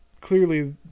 Clearly